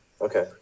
Okay